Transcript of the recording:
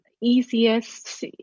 easiest